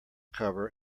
cover